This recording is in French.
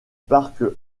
parc